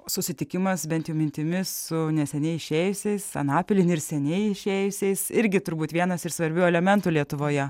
susitikimas bent jau mintimis su neseniai išėjusiais anapilin ir seniai išėjusiais irgi turbūt vienas iš svarbių elementų lietuvoje